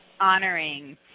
honoring